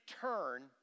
turn